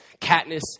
Katniss